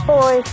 Boy